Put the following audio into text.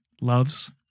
Loves